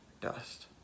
dust